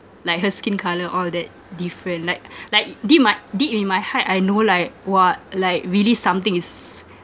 like her skin colour all that different like like deep my deep in my heart I know like !wah! like really something is